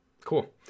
cool